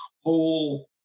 whole